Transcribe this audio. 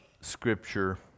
Scripture